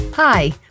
Hi